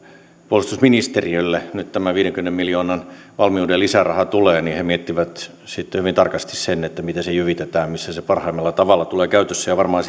puolustusministeriölle nyt tämä viidenkymmenen miljoonan valmiuden lisäraha tulee he miettivät sitten hyvin tarkasti miten se jyvitetään missä se parhaimmalla tavalla tulee käyttöön ja varmaan